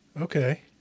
Okay